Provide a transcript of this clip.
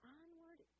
onward